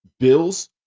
Bills